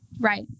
Right